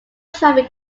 traffic